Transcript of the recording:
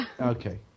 Okay